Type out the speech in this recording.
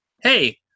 hey